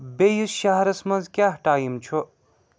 بیٚیِس شہرس منز کیاہ ٹایم چھُ